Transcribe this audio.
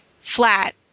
flat